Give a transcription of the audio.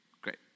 Great